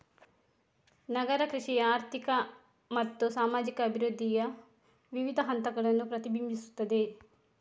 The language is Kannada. ನಗರ ಕೃಷಿ ಆರ್ಥಿಕ ಮತ್ತು ಸಾಮಾಜಿಕ ಅಭಿವೃದ್ಧಿಯ ವಿವಿಧ ಹಂತಗಳನ್ನು ಪ್ರತಿಬಿಂಬಿಸುತ್ತದೆ